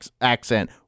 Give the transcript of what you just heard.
accent